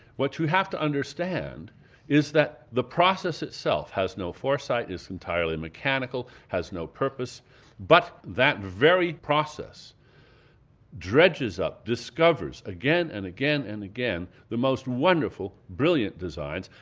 what you have to understand is that the process itself has no foresight-it's entirely mechanical has no purpose-but but that very process dredges up, discovers, again and again and again, the most wonderfully brilliant designs,